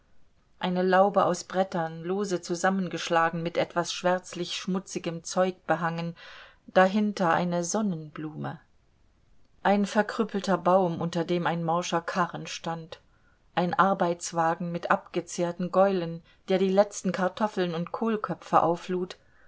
eine laube aus brettern lose zusammengeschlagen mit etwas schwärzlich schmutzigem zeug behangen dahinter eine sonnenblume ein verkrüppelter baum unter dem ein morscher karren stand ein arbeitswagen mit abgezehrten gäulen der die letzten kartoffeln und kohlköpfe auflud